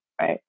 right